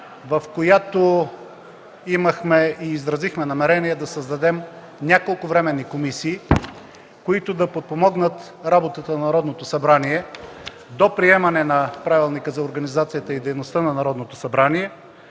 в която изразихме намерение да създадем няколко временни комисии, които да подпомогнат работата на Народното събрание до приемане Правилника за организацията и дейността на Народното събрание,